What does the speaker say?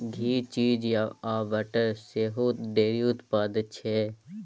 घी, cheese आ butter सेहो dairy उत्पाद छै